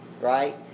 right